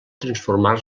transformar